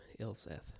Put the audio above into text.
Ilseth